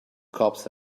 cops